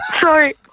Sorry